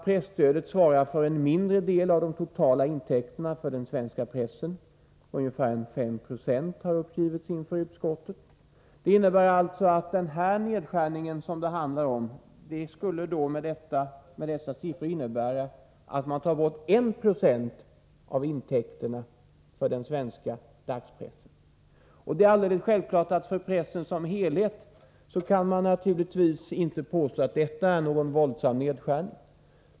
Presstödet svarar för en mindre del av de totala intäkterna för den svenska pressen — ungefär 5 90, har det uppgivits inför utskottet. Den nedskärning det handlar om skulle, om dessa siffror är riktiga, innebära att man tar bort 1 20 av intäkterna för den svenska dagspressen. För pressen som helhet kan man naturligtvis inte påstå att detta är någon våldsam nedskärning.